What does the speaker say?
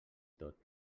tot